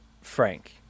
Frank